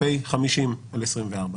פ/50/24.